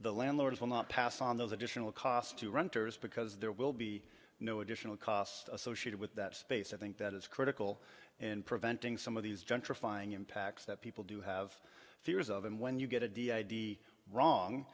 the landlords will not pass on those additional costs to renters because there will be no additional cost associated with that space i think that is critical in preventing some of these gentrifying impacts that people do have fears of and when you get a d d wrong